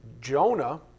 Jonah